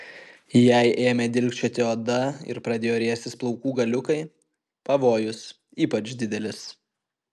jei ėmė dilgčioti odą ir pradėjo riestis plaukų galiukai pavojus ypač didelis